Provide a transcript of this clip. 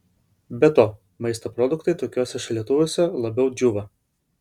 be to maisto produktai tokiuose šaldytuvuose labiau džiūva